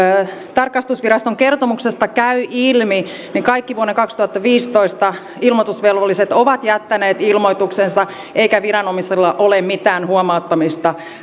tarkastusviraston kertomuksesta käy ilmi kaikki vuonna kaksituhattaviisitoista ilmoitusvelvolliset ovat jättäneet ilmoituksensa eikä viranomaisilla ole mitään huomauttamista